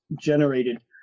generated